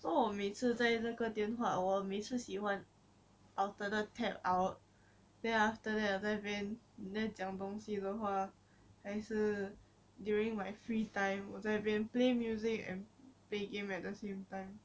so 我每次在那个电话我每次喜欢 alternate tab out then after that 那边你那讲东西的话还是 during my free time 我在那边 play music and play game at the same time